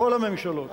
כל הממשלות,